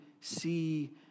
see